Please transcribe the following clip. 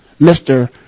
Mr